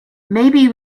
maybe